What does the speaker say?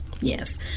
Yes